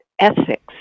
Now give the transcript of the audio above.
ethics